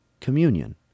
communion